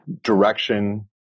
direction